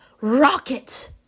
rocket